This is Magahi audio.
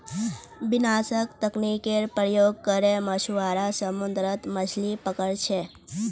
विनाशक तकनीकेर प्रयोग करे मछुआरा समुद्रत मछलि पकड़ छे